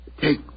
Take